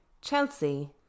Chelsea